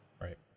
Right